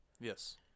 Yes